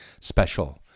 special